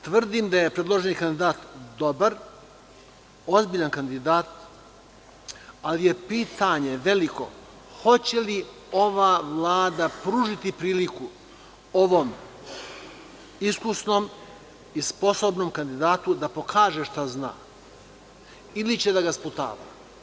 Tvrdim da je predloženi kandidat dobar, ozbiljan kandidat, ali je pitanje veliko hoće li ova Vlada pružiti priliku ovom iskusnom i sposobnom kandidatu da pokaže šta zna ili će da ga sputava.